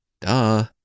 Duh